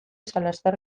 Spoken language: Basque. salazar